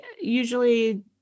usually